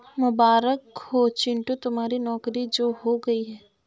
मुबारक हो चिंटू तुम्हारी नौकरी जो हो गई है